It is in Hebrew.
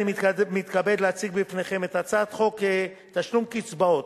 אני מתכבד להציג בפניכם את הצעת חוק תשלום קצבאות